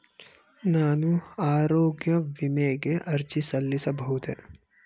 ನಾನು ಆರೋಗ್ಯ ವಿಮೆಗೆ ಅರ್ಜಿ ಸಲ್ಲಿಸಬಹುದೇ?